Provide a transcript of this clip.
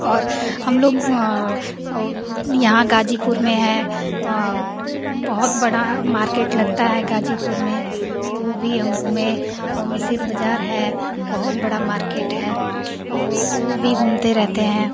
और हम लोग यहाँ गाजीपुर में है बहुत बड़ा मार्केट लगता है गाजीपुर में तो वो भी हम घूमें मिसिर बाज़ार है बहुत बड़ा मार्केट है वो भी घूमते रहते हैं